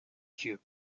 dieu